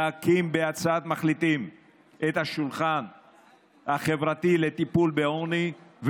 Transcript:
להקים בהצעת מחליטים את השולחן החברתי לטיפול בעוני,